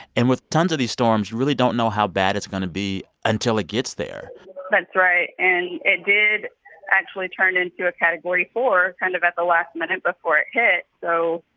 and with tons of these storms, you really don't know how bad it's going to be until it gets there that's right. and it did actually turn into a category four kind of at the last minute before it hit. so,